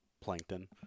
plankton